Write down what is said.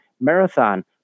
Marathon